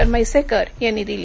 दीपक म्हैसेकर यांनी दिली